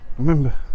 remember